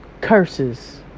curses